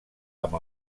amb